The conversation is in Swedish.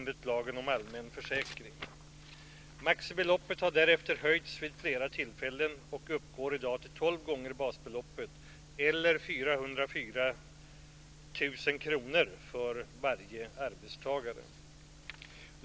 Maximibeloppet har därefter höjts vid flera tillfällen och uppgår i dag till tolv gånger basbeloppet eller 404 400 kr. för varje arbetstagare.